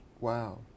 Wow